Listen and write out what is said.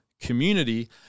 community